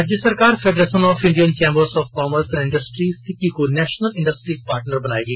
राज्य सरकार federation of Indian chambers of commerce and industry FICCI को नेशनल इंडस्ट्री पार्टनर बनाएगी